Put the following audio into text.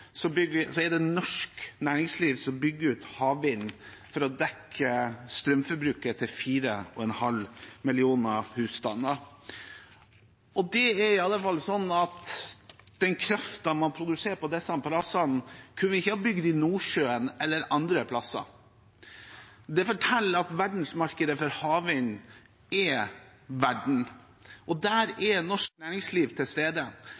er det norsk næringsliv som bygger ut havvind for å dekke strømforbruket til 4,5 millioner husstander. Det er i alle fall slik at den kraften man produserer på disse plassene, kunne vi ikke ha bygd i Nordsjøen eller andre plasser. Det forteller at markedet for havvind er verden, og der er norsk næringsliv til stede.